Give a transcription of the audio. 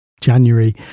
January